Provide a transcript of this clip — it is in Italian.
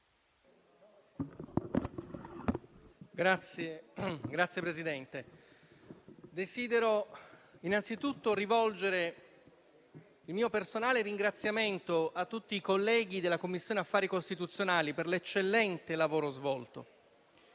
Signor Presidente, desidero innanzitutto rivolgere il mio personale ringraziamento a tutti i colleghi della Commissione affari costituzionali per l'eccellente lavoro svolto.